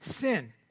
sin